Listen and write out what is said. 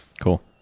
Cool